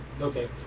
Okay